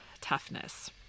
toughness